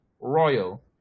royal